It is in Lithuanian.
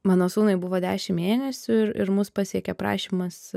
mano sūnui buvo dešim mėnesių ir ir mus pasiekė prašymas